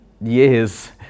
years